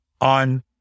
on